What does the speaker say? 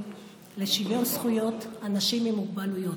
לשוויון זכויות אנשים עם מוגבלויות.